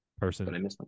Person